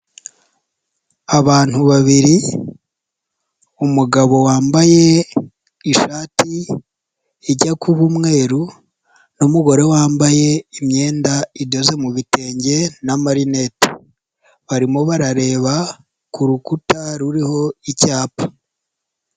Abantu babiri, umugabo wambaye ishati ijya kuba umweru, n'umugore wambaye imyenda idoze mu bitenge n'amarineti, barimo barareba ku rukuta ruriho icyapa.